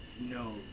no